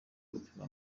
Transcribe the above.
gupima